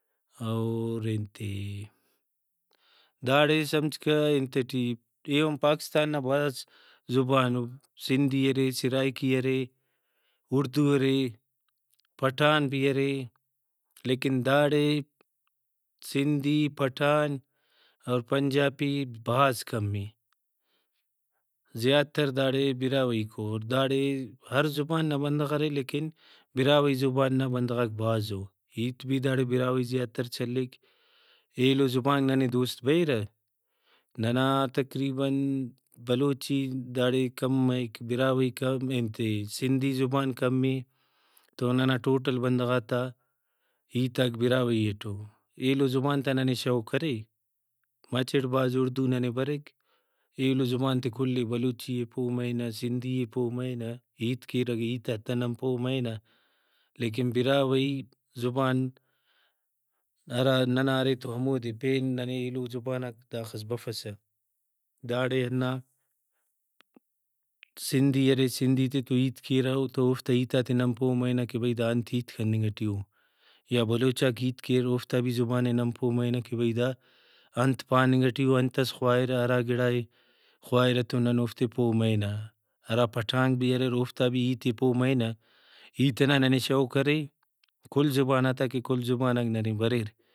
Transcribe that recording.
اور انتے داڑے سمجھکہ انت ٹی ایہن پاکستان نا بھاز زبانو سندھی ارے سرائیکی ارے اردو ارے پٹھان بھی ارے لیکن داڑے سندھی پٹھان اور پنجابی بھاز کمے ۔زیاتر داڑے براہوئیکواور داڑے ہر زبان نا بندغ ارے لیکن براہوئی زبان نا بندغاک بھازو ہیت بھی داڑے براہوئی زیاتر چلیک ایلو زبانک ننے دوست بریرہ ننا تقریباً بلوچی داڑے کم مریک براہوئی ،سندھی زبان کمے تو ننا ٹوٹل بندغاتا ہیتاک براہوئی اٹو۔ ایلو زبان تا ننے شوق ارے مچٹ بھاز اردو ننے بریک ایلو زبان تے کلے بلوچی ئے پہہ مرینہ سندھی ئے پہہ مرینہ ہیت کیر اگہ ہیتاتا نن پہہ مرینہ لیکن براہوئی زبان ہرا ننا ارے تو ہمودے پین ننے ایلو زباناک داخس بفسہ داڑے ہندا سندھی ارے سندھی تیتو ہیت کیرہ تو اوفتا ہیتاتے نن پہہ مرینہ کہ بھئی دا انت ہیت کننگ ٹی او یا بلوچاک ہیت کیر اوفتا بھی زبانے نن پہہ مرینہ کہ بھئی دا انت پاننگ ٹی او انتس خواہرہ ہرا گڑائے خواہرہ تو نن اوفتے پہہ مرینہ ہرا پٹھانک بھی اریر اوفتا بھی ہیتے پہہ مرینہ ہیت ئنا ننے شوق ارے کل زباناتا کہ کل زباناک ننے بریر